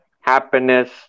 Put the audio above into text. happiness